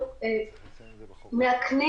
עוברים לשלב הטלפוני בכל מקרה,